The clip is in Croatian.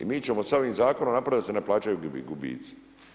I mi ćemo sa ovim zakonom napraviti da se ne plaćaju gubitci.